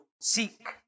seek